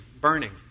burning